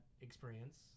experience